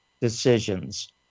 decisions